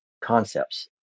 concepts